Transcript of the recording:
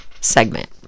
segment